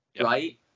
right